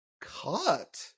cut